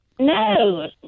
No